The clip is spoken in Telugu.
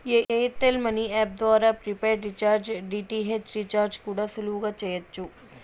ఎయిర్ టెల్ మనీ యాప్ ద్వారా ప్రిపైడ్ రీఛార్జ్, డి.టి.ఏచ్ రీఛార్జ్ కూడా సులువుగా చెయ్యచ్చు